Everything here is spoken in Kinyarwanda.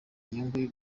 inyungu